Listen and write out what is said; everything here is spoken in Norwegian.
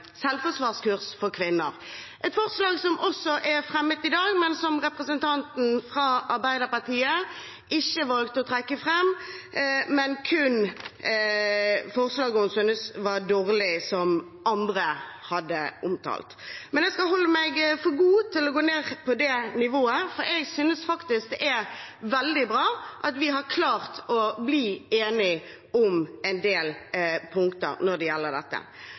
selvforsvarskurs for kvinner, som det er fremmet et forslag om også i dag. Men representanten fra Arbeiderpartiet valgte ikke å trekke fram dette, kun forslag som andre hadde omtalt, og som hun syntes var dårlige. Men jeg skal holde meg for god til å gå ned på det nivået, for jeg synes faktisk det er veldig bra at vi har klart å bli enige om en del punkter når det gjelder dette.